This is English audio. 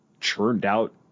churned-out